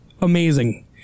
amazing